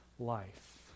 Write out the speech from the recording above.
life